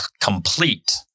complete